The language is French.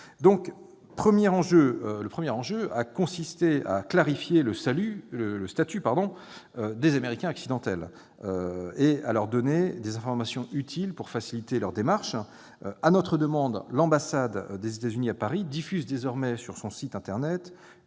Le premier enjeu a consisté à clarifier le statut des « Américains accidentels » et à fournir à ces derniers des informations utiles pour faciliter leurs démarches. À notre demande, l'ambassade des États-Unis à Paris diffuse désormais sur son site internet